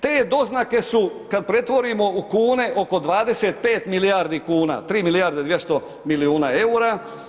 Te doznake su kada pretvorimo u kune oko 25 milijarde kuna 3 milijarde 200 milijuna eura.